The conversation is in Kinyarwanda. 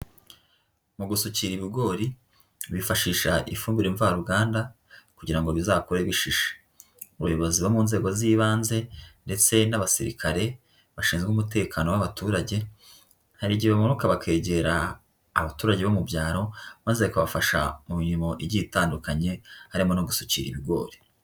Mu gusukira ibigori, bifashisha ifumbire mvaruganda kugira ngo bizakure bishishe. Abayobozi bo mu nzego z'ibanze ndetse n'abasirikare bashinzwe umutekano w'abaturage, hari igihe bamanuka bakegera abaturage bo mu byaro, maze bakabafasha mu mirimo igiye itandukanye harimo no gusukira ibigori.